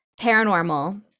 paranormal